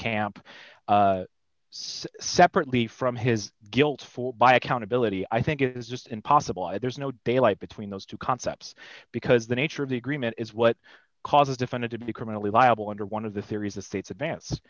camp separately from his guilt for by accountability i think it is just impossible and there's no daylight between those two concepts because the nature of the agreement is what causes defended to be criminally liable under one of the theories of state's advance